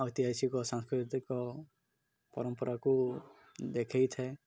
ଐତିହାସିକ ସାଂସ୍କୃତିକ ପରମ୍ପରାକୁ ଦେଖେଇଥାଏ